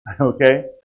Okay